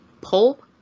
pulp